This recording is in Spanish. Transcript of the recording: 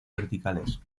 verticales